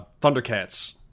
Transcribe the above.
Thundercats